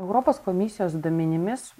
europos komisijos duomenimis